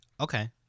Okay